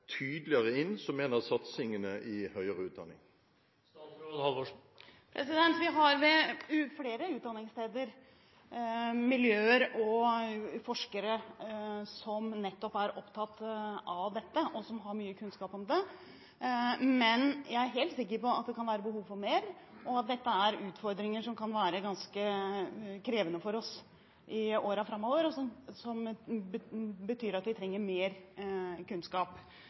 tydeligere inn som en av satsingene i høyere utdanning? Vi har ved flere utdanningssteder miljøer og forskere som nettopp er opptatt av dette, og som har mye kunnskap om det. Men jeg er helt sikker på at det kan være behov for mer, og at dette er utfordringer som kan være ganske krevende for oss i årene framover, som betyr at vi trenger mer kunnskap.